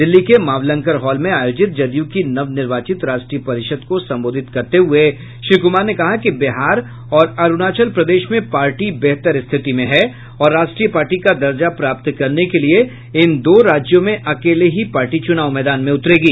दिल्ली के मावलंकर हॉल में आयोजित जदयू की नवनिर्वाचित राष्ट्रीय परिषद को संबोधित करते हये श्री कुमार ने कहा कि बिहार और अरूणाचल प्रदेश में पार्टी बेहतर स्थिति में है और राष्ट्रीय पार्टी का दर्जा प्राप्त करने के लिए इन दो राज्यों में अकेले ही पार्टी चुनाव मैदान में उतरेगी